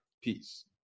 Peace